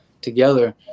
together